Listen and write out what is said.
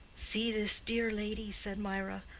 see this dear lady! said mirah.